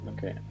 Okay